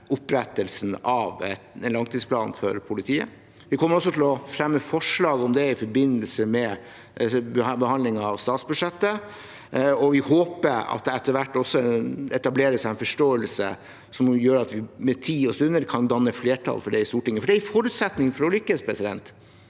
opprettelsen av en langtidsplan for politiet. Vi kommer til å fremme forslag om det i forbindelse med behandlingen av statsbudsjettet, og vi håper at det etter hvert også etableres en forståelse som gjør at vi med tid og stunder kan danne flertall for det i Stortinget. Det er en forutsetning for å lykkes, når